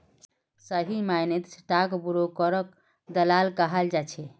सही मायनेत स्टाक ब्रोकरक दलाल कहाल जा छे